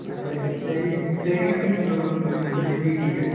ਅੱਛਾ ਜੀ ਕਚੇਰੀ ਕਚਹਿਰੀਆਂ ਦੇ ਮਤਲਬ ਨ ਨਜ਼ਦੀਕ ਹੀ ਹੈ